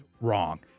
wrong